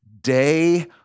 day